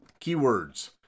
Keywords